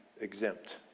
exempt